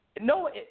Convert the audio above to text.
no